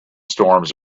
storms